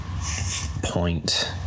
point